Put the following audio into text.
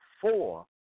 four